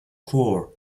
core